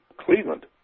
Cleveland